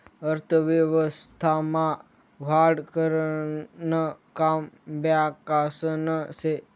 अर्थव्यवस्था मा वाढ करानं काम बॅकासनं से